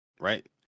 right